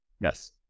Yes